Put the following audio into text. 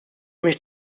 mich